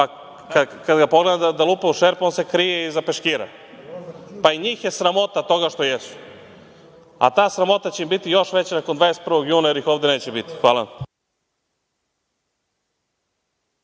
pa kad ga pogledam da lupa o šerpu on se krije iza peškira. Pa, i njih je sramota toga što jesu, a ta sramota će im biti još veća nakon 21. juna, jer ih ovde neće biti. Hvala